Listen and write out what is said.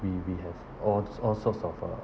we we have all s~ all sorts of uh